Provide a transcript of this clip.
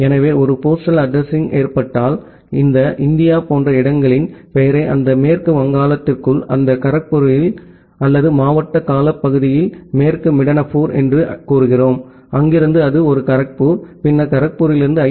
எனவே ஒரு postal addressing ஏற்பட்டால் இந்த இந்தியா போன்ற இடங்களின் பெயரை அந்த மேற்கு வங்காளத்திற்குள் அந்த கரக்பூருக்குள் அல்லது மாவட்ட காலப்பகுதியில் மேற்கு மிட்னாபூர் என்று கூறுகிறோம் அங்கிருந்து அது ஒரு கரக்பூர் பின்னர் கரக்பூரிலிருந்து ஐ